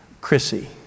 Chrissy